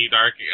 dark